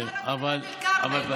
אני גרה בדאלית אל-כרמל.